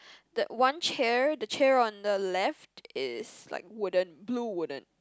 that one chair the chair on the left is like wooden blue wooden